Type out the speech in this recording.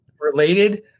related